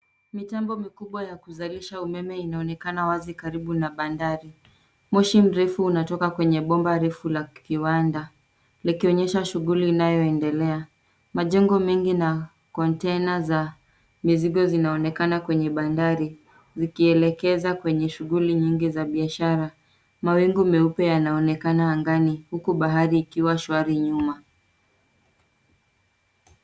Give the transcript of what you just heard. Mitambo mikubwa ya kuzalisha umeme inaonekana wazi karibu na bandari. Moshi mrefu unatoka kwenye bomba refu la kiwanda, likionyesha shughuli inayoendelea. Majengo mengi na container za mizigo zinaonekana kwenye bandari, zikielekeza kwenye shughuli nyingi za biashara. Mawingu meupe yanaonekana angani huku bahari ikiwa shwari nyuma.